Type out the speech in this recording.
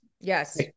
Yes